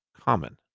common